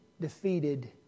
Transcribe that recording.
defeated